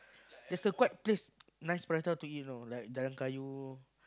there's a quite place nice prata to eat you know like Jalan-Kayu